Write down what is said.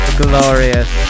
glorious